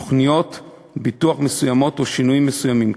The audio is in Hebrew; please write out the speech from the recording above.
תוכניות ביטוח מסוימות או שינויים מסוימים.